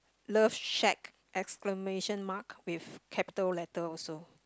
love shake exclamation mark with capital letter also